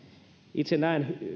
itse näen